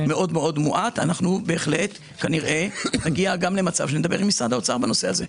אנחנו בהחלט נדבר גם עם משרד האוצר בנושא הזה.